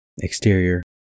Exterior